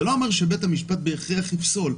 זה לא אומר שבית המשפט בהכרח יפסול,